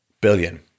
billion